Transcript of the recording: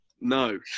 No